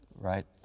right